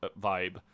vibe